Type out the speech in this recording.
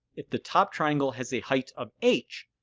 if the top triangle has a height of h,